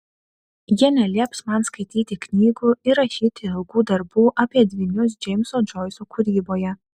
jie nelieps man skaityti knygų ir rašyti ilgų darbų apie dvynius džeimso džoiso kūryboje